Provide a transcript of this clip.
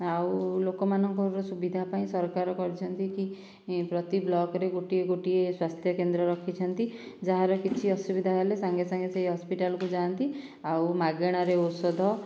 ଆଉ ଲୋକମାନଙ୍କର ସୁବିଧା ପାଇଁ ସରକାର କରିଛନ୍ତିକି ଇପ୍ରତି ବ୍ଲକରେ ଗୋଟିଏ ଗୋଟିଏ ସ୍ୱାସ୍ଥ୍ୟ କେନ୍ଦ୍ର ରଖିଛନ୍ତି ଯାହାର କିଛି ଅସୁବିଧା ହେଲେ ସାଙ୍ଗେ ସାଙ୍ଗେ ସେହି ହସ୍ପିଟାଲକୁ ଯାଆନ୍ତି ଆଉ ମାଗଣାରେ ଔଷଧ